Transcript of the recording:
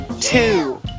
two